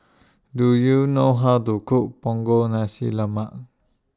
Do YOU know How to Cook Punggol Nasi Lemak